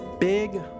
big